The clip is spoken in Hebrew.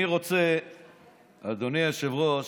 אני רוצה, אדוני היושב-ראש,